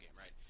right